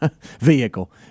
vehicle